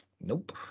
Nope